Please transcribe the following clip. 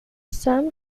sam